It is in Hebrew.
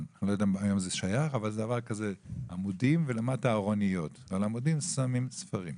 זה הנפש שלו ממש מתחננת אלינו ואני חושב שנפשם